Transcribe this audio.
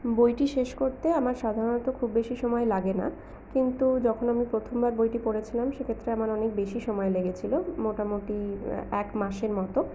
বইটি শেষ করতে আমার সাধারণত খুব বেশি সময় লাগে না কিন্তু যখন আমি প্রথমবার বইটি পড়েছিলাম সেক্ষেত্রে আমার অনেক বেশি সময় লেগেছিল মোটামোটি এক মাসের মতো